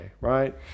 right